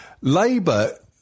Labour